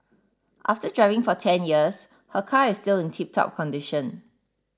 after driving for ten years her car is still in tiptop condition